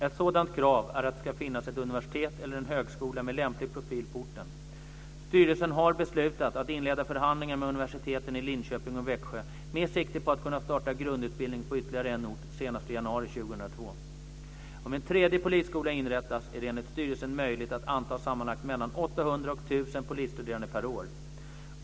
Ett sådant krav är att det ska finnas ett universitet eller en högskola med lämplig profil på orten. Styrelsen har beslutat att inleda förhandlingar med universiteten i Linköping och Växjö med sikte på att kunna starta grundutbildning på ytterligare en ort senast i januari 2002. Om en tredje polisskola inrättas är det enligt styrelsen möjligt att anta sammanlagt mellan 800 och 1 000 polisstuderande per år.